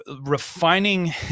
refining